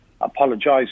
apologise